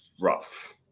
rough